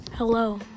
Hello